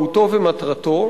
מהותו ומטרתו.